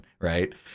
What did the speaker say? Right